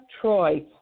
Troy